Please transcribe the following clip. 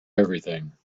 everything